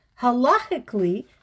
halachically